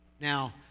Now